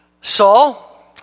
Saul